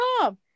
come